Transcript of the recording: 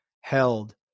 held